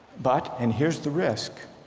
but, and here's the risk,